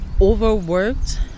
overworked